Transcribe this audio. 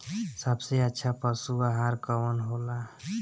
सबसे अच्छा पशु आहार कवन हो ला?